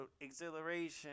exhilaration